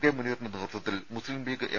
K മുനീറിന്റെ നേതൃത്വത്തിൽ Muslim League M